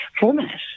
format